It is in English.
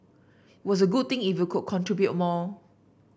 was a good thing if you could contribute more